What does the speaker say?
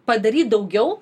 padaryt daugiau